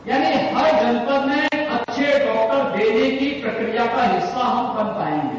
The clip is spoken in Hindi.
यानी हर जनपद में अच्छे डॉक्टर देने की प्रक्रिया का हिस्सा हम बन पायेंगे